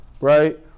right